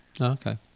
Okay